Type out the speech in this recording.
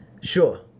sure